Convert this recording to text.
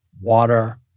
water